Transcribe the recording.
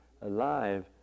alive